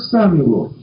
Samuel